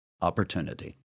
opportunity